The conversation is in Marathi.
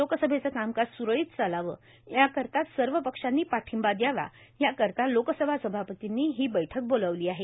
लोकसभेचं कामकाज स्रळीत चालावं याकरता सर्व पक्षांनी पाठिंबा दयावाए याकरता लोकसभा सभापतींनी ही बैठक बोलावली आहे